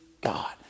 God